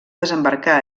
desembarcar